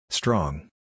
Strong